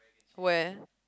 where